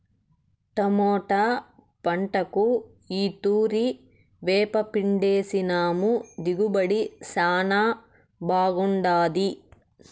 tomato పంటకు ఈ తూరి వేపపిండేసినాము దిగుబడి శానా బాగుండాది